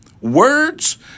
words